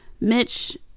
Mitch